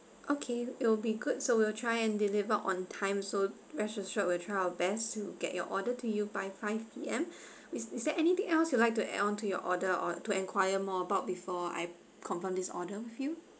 okay it'll be good so we'll try and deliver on time so rest assured we'll try our best to get your order to you by five P_M is is there anything else you'd like to add on to your order or to inquire more about before I confirm this order with you